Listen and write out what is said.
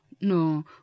no